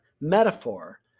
metaphor